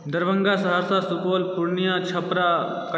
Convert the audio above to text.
Darbhanga Saharsa Supaul Purnia Chhapra